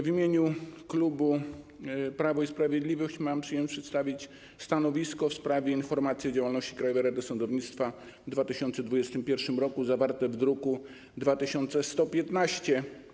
W imieniu klubu Prawo i Sprawiedliwość mam przyjemność przedstawić stanowisko w sprawie informacji o działalności Krajowej Rady Sądownictwa w 2021 r., zawartej w druku 2115.